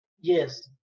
yes